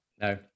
No